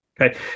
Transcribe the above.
Okay